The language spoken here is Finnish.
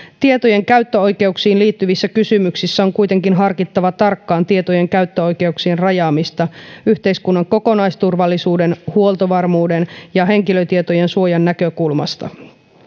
tietojen käyttöoikeuksiin liittyvissä kysymyksissä on kuitenkin harkittava tarkkaan tietojen käyttöoikeuksien rajaamista yhteiskunnan kokonaisturvallisuuden huoltovarmuuden ja henkilötietojen suojan näkökulmasta